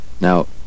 Now